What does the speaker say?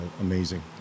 amazing